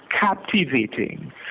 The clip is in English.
captivating